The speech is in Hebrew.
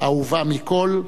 אהובה מכול",